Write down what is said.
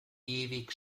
ewig